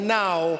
now